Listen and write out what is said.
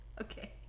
Okay